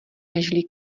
nežli